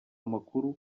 amakuru